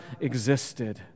existed